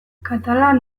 katalan